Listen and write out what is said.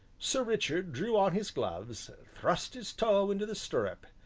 sir richard drew on his gloves, thrust his toe into the stirrup,